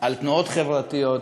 מאוד על תנועות חברתיות.